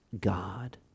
God